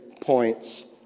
points